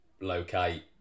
locate